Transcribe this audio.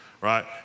right